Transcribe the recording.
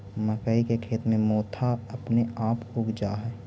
मक्कइ के खेत में मोथा अपने आपे उग जा हई